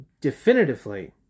definitively